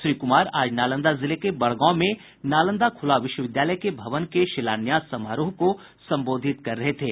श्री कुमार आज नालंदा जिले के बड़गांव में नालंदा खुला विश्वविद्यालय के भवन के शिलान्यास समारोह को संबोधित कर रहे थे